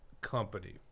company